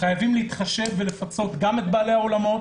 חייבים להתחשב ולפצות גם את בעלי האולמות